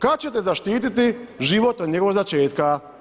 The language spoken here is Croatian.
Kad ćete zaštiti život od njegovog začetka?